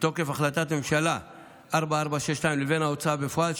מתוקף החלטת ממשלה 4462 לבין ההוצאה בפועל,